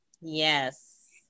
Yes